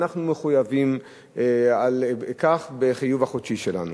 ואנחנו מחויבים על כך בחיוב החודשי שלנו.